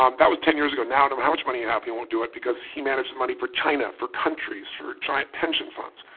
um that was ten years ago. now no matter how much money you have he won't do it because he manages money for china, for countries, for giant pension funds.